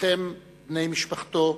לכם, בני משפחתו,